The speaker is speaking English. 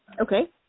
Okay